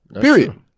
Period